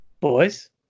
Boys